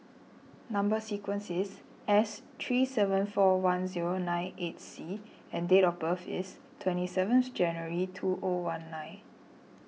Number Sequence is S three seven four one zero nine eight C and date of birth is twenty seventh January two O one nine